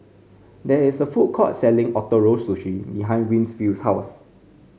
there is a food court selling Ootoro Sushi behind Winfield's house